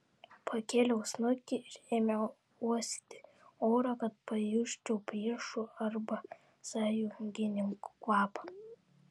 pakėliau snukį ir ėmiau uosti orą kad pajusčiau priešų arba sąjungininkų kvapą